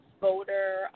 voter